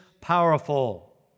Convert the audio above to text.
powerful